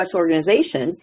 organization